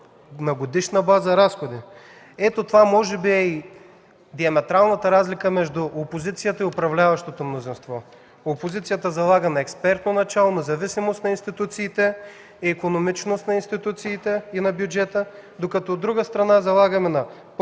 на годишна база. Това може би е диаметралната разлика между опозицията и управляващото мнозинство: опозицията залага на експертно начало, независимост, икономичност на институциите и бюджета, докато другата страна залага на партийните